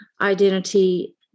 identity